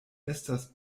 estas